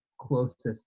closest